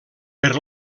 per